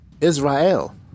Israel